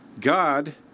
God